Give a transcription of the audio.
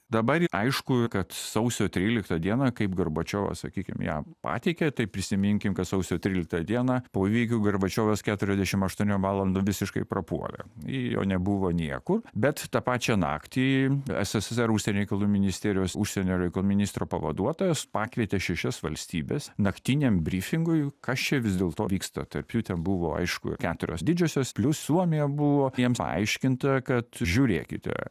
dabar aišku kad sausio tryliktą dieną kaip gorbačiovas sakykim ją pateikė tai prisiminkim kad sausio tryliktą dieną po įvykių gorbačiovas keturiasdešim aštuoniom valandom visiškai prapuolė jo nebuvo niekur bet tą pačią naktį sssr užsienio reikalų ministerijos užsienio reikalų ministro pavaduotojas pakvietė šešias valstybes naktiniam brifingui kas čia vis dėlto vyksta tarp jų tebuvo aišku keturios didžiosios plius suomija buvo jiems paaiškinta kad žiūrėkite